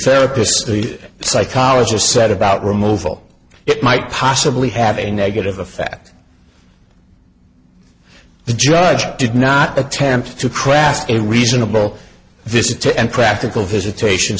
serapis the psychologist said about removal it might possibly have a negative effect the judge did not attempt to craft a reasonable visitor and practical visitation